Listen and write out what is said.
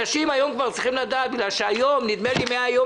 אנשים היום כבר צריכים לדעת בגלל שנדמה לי שמהיום